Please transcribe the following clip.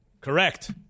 Correct